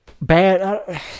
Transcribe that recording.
bad